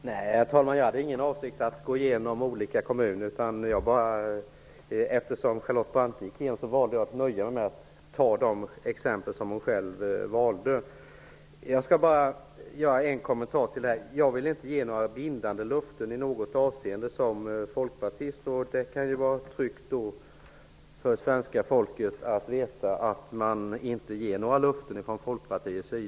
Herr talman! Min avsikt var inte att göra en genomgång av hur det är i olika kommuner. Jag valde faktiskt att nöja mig med de exempel som Jag som folkpartist vill inte ge några bindande löften i något avseende, sade Charlotte Branting. Ja, det kan kännas tryggt för svenska folket att veta att man i Folkpartiet inte ger några löften.